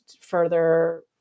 further